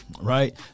Right